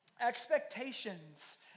expectations